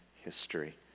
history